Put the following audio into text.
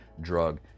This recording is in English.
drug